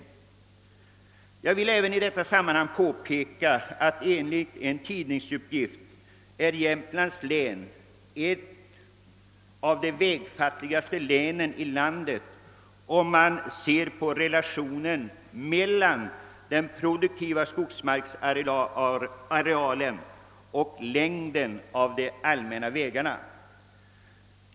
I detta sammanhang vill jag också påpeka att Jämtlands län enligt en tidningsuppgift är ett av de vägfattigaste länen i landet, om man ser på relationen mellan den produktiva skogsmarksarealen och längden av de allmänna vägarna.